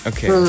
Okay